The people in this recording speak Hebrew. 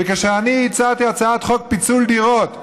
וכאשר אני הצעתי הצעת חוק פיצול דירות,